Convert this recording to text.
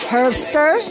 Herbster